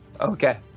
Okay